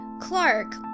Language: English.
Clark